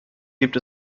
gibt